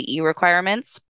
requirements